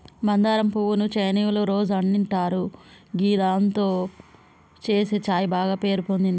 మందారం పువ్వు ను చైనీయుల రోజ్ అంటారు గిదాంతో చేసే ఛాయ బాగ పేరు పొందింది